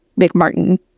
McMartin